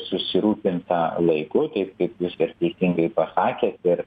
susirūpinta laiku taip kaip jūs ir teisingai pasakėt ir